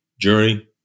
journey